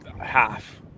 half